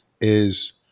is-